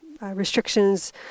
restrictions